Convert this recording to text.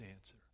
answer